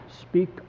speak